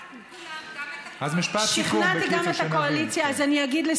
אבל מרב, את שכנעת את כולם,